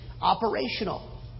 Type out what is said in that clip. operational